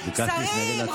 שרים,